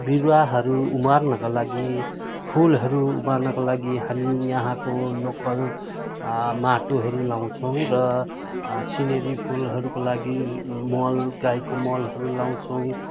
बिरुवाहरू उमार्नको लागि फुलहरू उमार्नको लागि हामी यहाँको लोकल माटोहरू लाउँछौँ र सिनेरी फुलहरूको लागि मल गाईको मलहरू लाउँछौँ